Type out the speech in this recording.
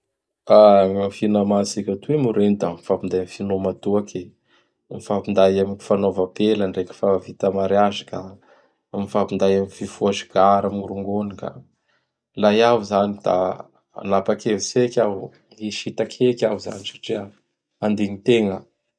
Gny finama tsika toy moa reno da mifapinday am finoma toaky, mifapinday am fanaova apela ndreky fa vita mariazy ka, mifampinday am fifoha sigara am rongony ka. Laha iaho zany da hanapa-kevitsy heky iaho, hisitaky heky iaho zany satria handignin-tegna.